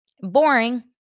boring